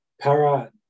Para